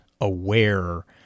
aware